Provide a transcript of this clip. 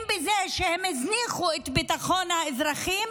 אם בזה שהם הזניחו את ביטחון האזרחים,